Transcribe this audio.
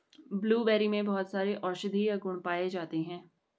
blueberry में बहुत सारे औषधीय गुण पाये जाते हैं